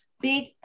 big